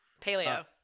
paleo